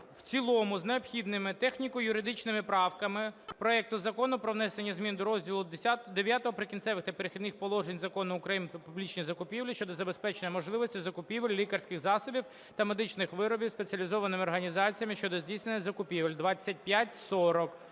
в цілому з необхідними техніко-юридичними правками проекту Закону про внесення змін розділу ІХ "Прикінцеві та перехідні положень" Закону України "Про публічні закупівлі" щодо забезпечення можливості закупівлі лікарських засобів та медичних виробів спеціалізованими організаціями, що здійснюють закупівлі (2540).